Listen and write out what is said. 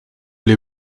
les